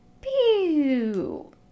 Pew